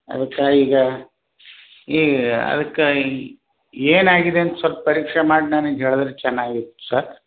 ಅದಕ್ಕೆ ಈಗ ಈಗ ಅದಕ್ಕೆ ಈ ಏನಾಗಿದೆ ಅಂತ ಸ್ವಲ್ಪ ಪರೀಕ್ಷೆ ಮಾಡಿ ನನಗೆ ಹೇಳಿದ್ರೆ ಚೆನ್ನಾಗಿತ್ತು ಸರ್